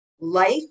Life